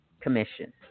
commission